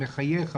מחייך,